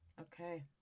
Okay